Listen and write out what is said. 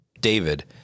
David